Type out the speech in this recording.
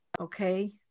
okay